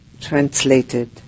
translated